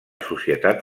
societat